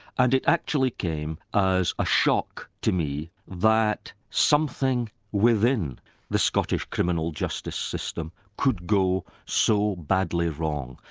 and it actually came as a shock to me that something within the scottish criminal justice system could go so badly wrong.